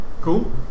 cool